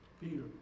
Peter